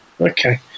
Okay